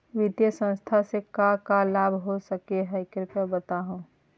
वित्तीय संस्था से का का लाभ हो सके हई कृपया बताहू?